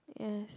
yes